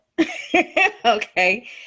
Okay